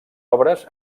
obres